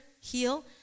heal